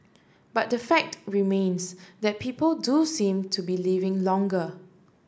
but the fact remains that people do seem to be living longer